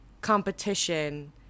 competition